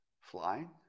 Flying